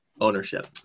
ownership